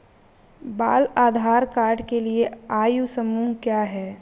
बाल आधार कार्ड के लिए आयु समूह क्या है?